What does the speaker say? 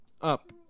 up